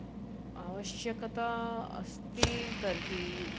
आवश्यकता अस्ति तर्हि